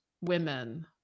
women